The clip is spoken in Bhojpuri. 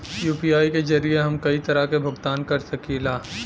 यू.पी.आई के जरिये हम कई तरे क भुगतान कर सकीला